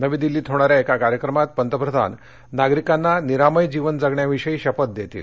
नवी दिल्लीत होणाऱ्या एका कार्यक्रमात पतप्रधान नागरिकांना निरामय जीवन जगण्याविषयी शपथ देतील